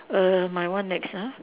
err my one next ah